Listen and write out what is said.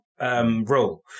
Role